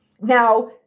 Now